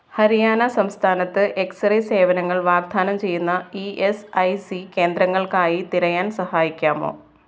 ഹരിയാന സംസ്ഥാനത്ത് എക്സ്റേ സേവനങ്ങൾ വാഗ്ദാനം ചെയ്യുന്ന ഇ എസ് ഐ സി കേന്ദ്രങ്ങൾക്കായി തിരയാൻ സഹായിക്കാമോ